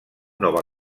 nova